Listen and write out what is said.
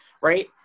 right